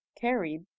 carried